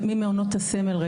ממעונות הסמל,